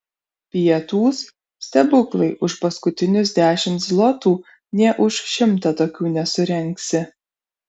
pietūs stebuklai už paskutinius dešimt zlotų nė už šimtą tokių nesurengsi